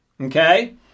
Okay